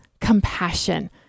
compassion